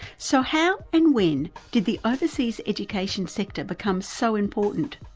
so how and when did the overseas education sector become so important,